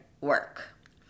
work